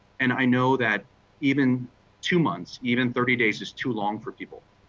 and i know that even two months, even thirty days is too long for people.